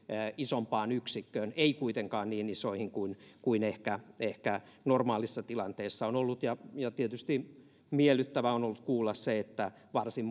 isompaan yksikköön ei kuitenkaan niin isoihin kuin kuin ehkä ehkä normaalissa tilanteessa on ollut tietysti miellyttävää on ollut kuulla se että varsin